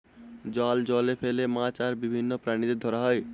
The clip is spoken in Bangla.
জাল জলে ফেলে মাছ আর বিভিন্ন প্রাণীদের ধরা হয়